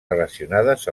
relacionades